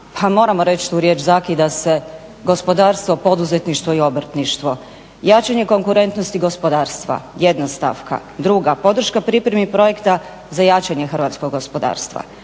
pa moramo reći tu riječ zakida se gospodarstvo, poduzetništvo i obrtništvo? Jačanje konkurentnosti gospodarstva, jedna stavka. Druga, podrška pripremi projekta za jačanje hrvatskog gospodarstva.